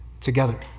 together